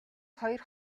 хоёр